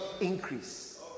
increase